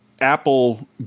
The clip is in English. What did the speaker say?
Apple